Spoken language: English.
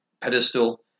pedestal